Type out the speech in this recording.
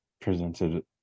presented